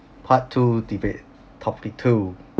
part two debate topic two